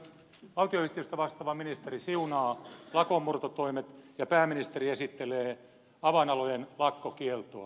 valtionyhtiöistä vastaava ministeri siu naa lakonmurtotoimet ja pääministeri esittelee avainalojen lakkokieltoa